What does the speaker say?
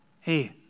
hey